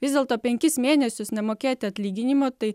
vis dėlto penkis mėnesius nemokėti atlyginimo tai